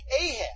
Ahab